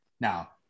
Now